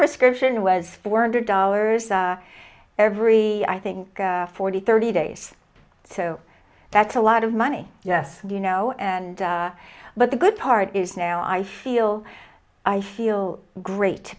prescription was four hundred dollars every i think forty thirty days so that's a lot of money yes you know and but the good part is now i feel i feel great